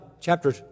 chapter